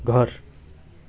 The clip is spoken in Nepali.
घर